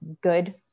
good